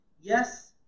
Yes